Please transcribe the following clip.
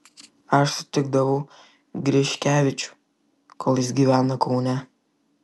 aš sutikdavau griškevičių kol jis gyveno kaune